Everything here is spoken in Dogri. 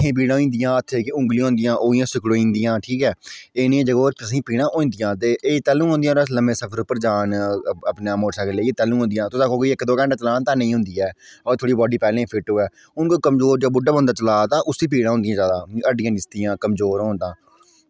हत्थें गी पीड़ां होई जंदियां हत्थ जेह्ड़ियां ओंगलियां होंदियां ओह् इ'यां सकड़ोई जंदियां ठीक ऐ ते एह् इ'नें जगह पर असें गी पीड़ां होई जंदियां ते एह् तैल्लूं होंदियां जिसलै अस लम्मै सफर उप्पर जा'रने तां अपने मोटर सैकल लेइयै तैल्लूं होंदियां तुस आक्खो कि इक दो घैंटा चलाना तां नेईं होंदी ऐ होर बाड्डी पैह्लें फिट्ट होऐ हून कोई कमज़ोर जां बुड्ढा बंदा चला दा उस्सी पीड़ां होंदियां जैदा हड्डियां जिसदियां कमज़ोर होन तां